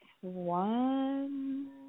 one